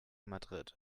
madrid